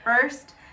first